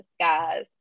guys